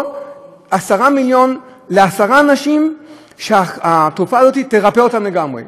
או 10 מיליון לעשרה אנשים שהתרופה הזאת תרפא אותם לגמרי?